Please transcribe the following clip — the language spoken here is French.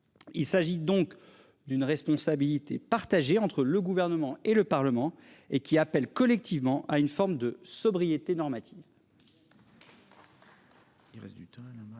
Il s'agit donc d'une responsabilité partagée entre le gouvernement et le Parlement et qui appelle collectivement à une forme de sobriété normative.